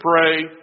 pray